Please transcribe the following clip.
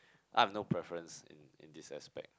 I've no preference in in this aspect